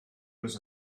was